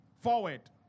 forward